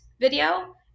video